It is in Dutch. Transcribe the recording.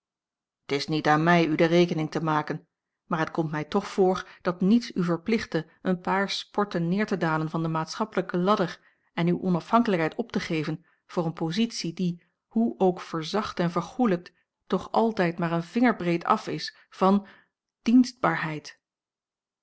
t is niet aan mij u de rekening te maken maar het komt mij toch voor dat niets u verplichtte een paar sporten neer te dalen van de maatschappelijke ladder en uwe onafhanklijkheid op te geven voor eene positie die hoe ook verzacht en vergoelijkt toch altijd maar een vingerbreed af is van dienstbaarheid